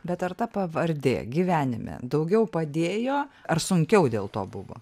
bet ar ta pavardė gyvenime daugiau padėjo ar sunkiau dėl to buvo